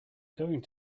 going